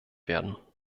werden